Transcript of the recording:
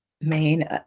main